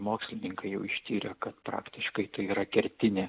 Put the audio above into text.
mokslininkai jau ištyrė kad praktiškai tai yra kertinė